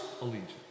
allegiance